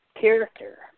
character